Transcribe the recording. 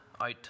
out